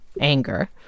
anger